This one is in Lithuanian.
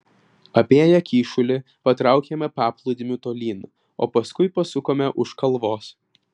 apėję kyšulį patraukėme paplūdimiu tolyn o paskui pasukome už kalvos